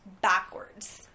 Backwards